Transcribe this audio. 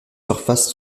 surfaces